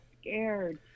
scared